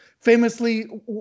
famously